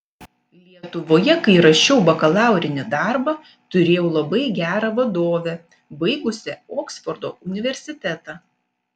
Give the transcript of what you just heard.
lietuvoje kai rašiau bakalaurinį darbą turėjau labai gerą vadovę baigusią oksfordo universitetą